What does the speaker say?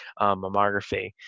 mammography